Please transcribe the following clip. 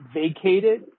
vacated